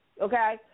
okay